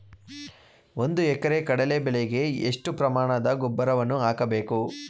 ಒಂದು ಎಕರೆ ಕಡಲೆ ಬೆಳೆಗೆ ಎಷ್ಟು ಪ್ರಮಾಣದ ಗೊಬ್ಬರವನ್ನು ಹಾಕಬೇಕು?